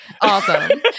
awesome